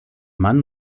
mann